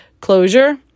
closure